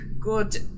good